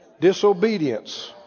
Disobedience